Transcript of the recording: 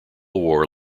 war